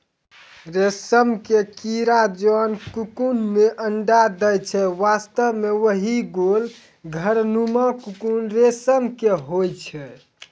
रेशम के कीड़ा जोन ककून मॅ अंडा दै छै वास्तव म वही गोल घर नुमा ककून रेशम के होय छै